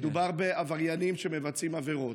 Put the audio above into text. מדובר בעבריינים שמבצעים עבירות.